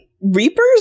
Reapers